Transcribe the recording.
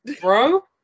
bro